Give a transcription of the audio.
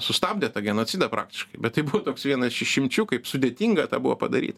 sustabdė tą genocidą praktiškai bet tai buvo toks vienas iš išimčių kaip sudėtinga tą buvo padaryt